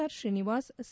R Srinivas C